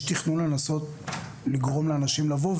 יש תכנון לנסות לגרום לאנשים לבוא?